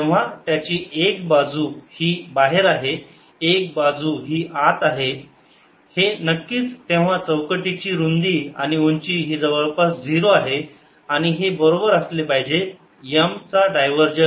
जेव्हा त्याची एक बाजू ही बाहेर आहे एक बाजू ही आता हे नक्कीच तेव्हा चौकटीची रुंदी आणि उंची ही जवळपास 0 आहे आणि हे बरोबर असले पाहिजे M चा डायव्हरजन्स गुणिले वोल्युम dv